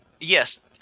yes